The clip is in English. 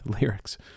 lyrics